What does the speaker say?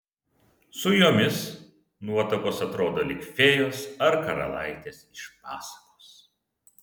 su jomis nuotakos atrodo lyg fėjos ar karalaitės iš pasakos